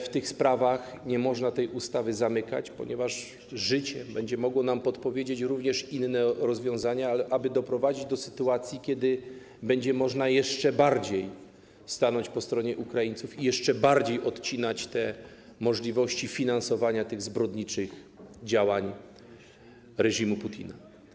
W tych sprawach nie można tej ustawy zamykać, ponieważ życie będzie mogło nam podpowiedzieć również inne rozwiązania, aby doprowadzić do sytuacji, kiedy będzie można jeszcze bardziej stanąć po stronie Ukraińców i jeszcze bardziej odcinać możliwości finansowania zbrodniczych działań reżimu Putina.